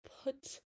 put